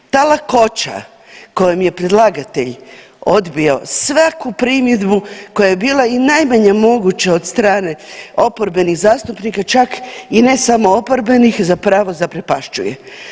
Ta lakoća kojom je predlagatelj odbio svaku primjedbu koja je bila i najmanje moguće od strane oporbenih zastupnika čak i ne samo oporbenih zapravo zaprepašćuje.